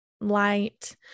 light